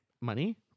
money